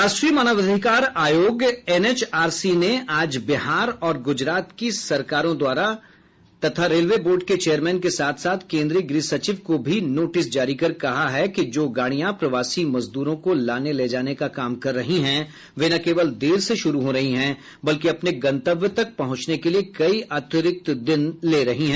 राष्ट्रीय मानवाधिकार आयोग एनएचआरसी ने आज बिहार और गुजरात की सरकारों तथा रेलवे बोर्ड के चेयरमैन के साथ साथ केंद्रीय गृह सचिव को भी नोटिस जारी कर कहा कि जो गाड़ियां प्रवासी मजदूरों को लाने ले जाने का काम कर रही हैं वे न केवल देर से शुरू हो रही हैं बल्कि अपने गंतव्य तक पहुंचने के लिए कई अतिरिक्त दिन ले रही हैं